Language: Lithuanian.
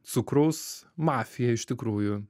cukraus mafija iš tikrųjų